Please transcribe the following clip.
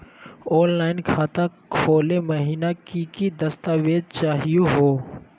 Online खाता खोलै महिना की की दस्तावेज चाहीयो हो?